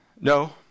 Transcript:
No